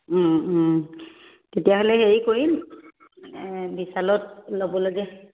তেতিয়াহ'লে হেৰি কৰিম বিশাচালত ল'ব